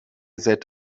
that